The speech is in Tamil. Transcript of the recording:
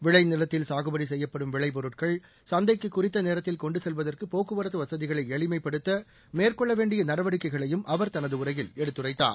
விளைநிலத்தில் சாகுபடி செய்யப்படும் விளைபொருட்கள் சந்தைக்கு குறித்த நேரத்தில் கொண்டு செல்வதற்கு போக்குவரத்து வசதிகளை எளிமைப்படுத்த மேற்சொள்ள வேண்டிய நடவடிக்கைகளையும் அவர் தனது உரையில் எடுத்துரைத்தார்